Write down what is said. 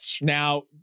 Now